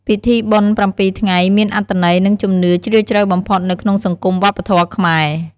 ពិធីបុណ្យប្រាំពីរថ្ងៃមានអត្ថន័យ និងជំនឿជ្រាលជ្រៅបំផុតនៅក្នុងសង្គមវប្បធម៌ខ្មែរ។